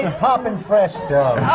and poppin' fresh dough!